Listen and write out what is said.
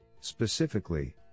Specifically